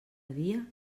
dia